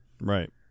Right